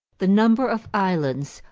the number of islands,